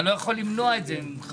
אני לא יכול למנוע את זה ממך,